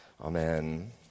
Amen